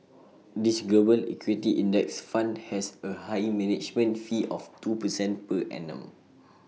this global equity index fund has A highly management fee of two percent per annum